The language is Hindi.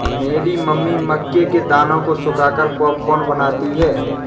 मेरी मम्मी मक्के के दानों को सुखाकर पॉपकॉर्न बनाती हैं